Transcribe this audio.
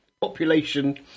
population